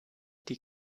die